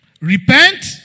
Repent